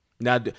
Now